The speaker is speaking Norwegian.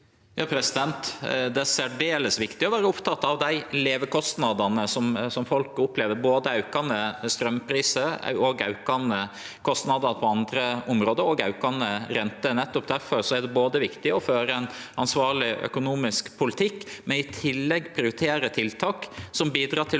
Det er særde- les viktig å vere oppteken av dei levekostnadene folk opplever, både aukande straumprisar, aukande kostnader på andre område og aukande renter. Nettopp difor er det viktig å føre ein ansvarleg økonomisk politikk, og i tillegg prioritere tiltak som bidrar til